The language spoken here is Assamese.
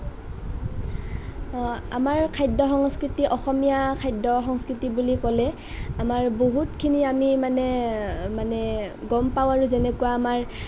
আমাৰ খাদ্য সংস্কৃতি অসমীয়া খাদ্য সংস্কৃতি বুলি ক'লে আমাৰ বহুতখিনি আমি মানে মানে গম পাওঁ আৰু যেনেকুৱা আমাৰ